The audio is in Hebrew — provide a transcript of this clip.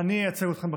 אני אייצג אתכם בכנסת,